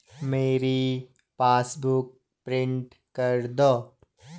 मेरी passbook print कर दो